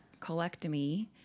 colectomy